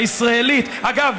אגב,